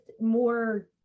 more